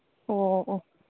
ꯑꯣ ꯑꯣ